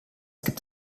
gibt